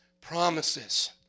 promises